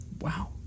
Wow